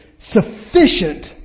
sufficient